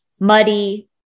muddy